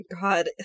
God